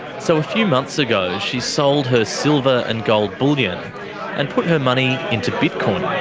so a few months ago, she sold her silver and gold bullions and put her money into bitcoin.